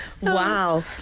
Wow